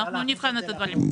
נבחן את הדברים.